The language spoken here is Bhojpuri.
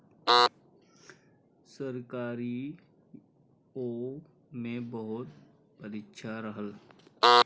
सरकारीओ मे बहुत परीक्षा रहल